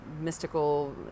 mystical